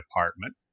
department